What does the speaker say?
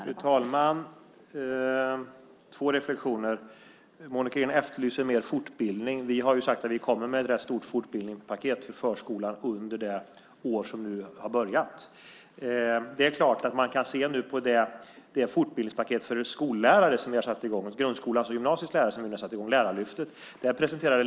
Fru talman! Jag ska göra två reflexioner. Monica Green efterlyser mer fortbildning. Vi har sagt att vi kommer med ett rätt så stort fortbildningspaket för förskolan under det år som nu har börjat. Vi har nu satt i gång ett fortbildningspaket för skollärare, för grundskolans och gymnasiets lärare - Lärarlyftet.